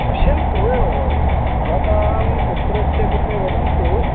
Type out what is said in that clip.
पश्यन्तु भवतां पुत्रस्य कृते वदन्तु